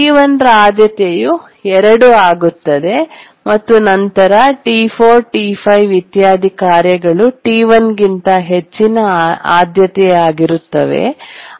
T1 ರ ಆದ್ಯತೆಯು 2 ಆಗುತ್ತದೆ ಮತ್ತು ನಂತರ T4 T5 ಇತ್ಯಾದಿ ಕಾರ್ಯಗಳು T1 ಗಿಂತ ಹೆಚ್ಚಿನ ಆದ್ಯತೆಯಾಗಿರುತ್ತವೆ